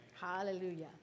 hallelujah